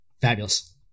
Fabulous